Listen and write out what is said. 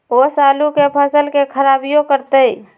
ओस आलू के फसल के खराबियों करतै?